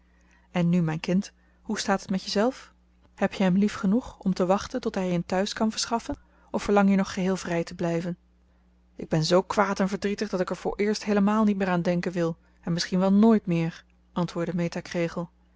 en nu mijn kind hoe staat het met jezelf heb je hem lief genoeg om te wachten tot hij je een tehuis kan verschaffen of verlang je nog geheel vrij te blijven ik ben zoo kwaad en verdrietig dat ik er vooreerst heelemaal niet meer aan denken wil en misschien wel nooit meer antwoordde meta kregel